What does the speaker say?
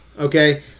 okay